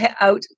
out